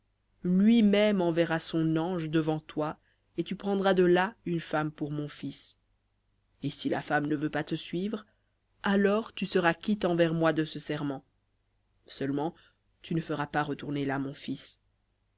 lui-même enverra son ange devant toi et tu prendras de là une femme pour mon fils et si la femme ne veut pas te suivre alors tu seras quitte envers moi de ce serment seulement tu ne feras pas retourner là mon fils